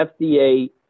FDA